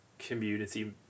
Community